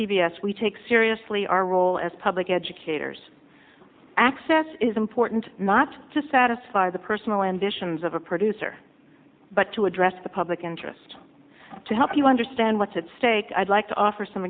s we take seriously our role as public educators access is important not to satisfy the personal ambitions of a producer but to address the public interest to help you understand what's at stake i'd like to offer some